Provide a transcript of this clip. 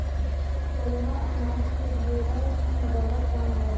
गदहा अनाज के ढोअला में बड़ा काम आवेला